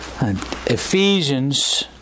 Ephesians